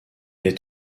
est